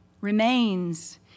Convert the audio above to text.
remains